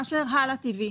מאשר האלא טיוי.